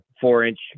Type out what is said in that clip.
four-inch